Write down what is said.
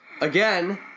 again